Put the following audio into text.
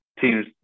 teams